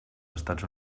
estats